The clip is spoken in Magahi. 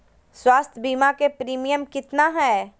स्वास्थ बीमा के प्रिमियम कितना है?